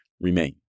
remain